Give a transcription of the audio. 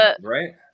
right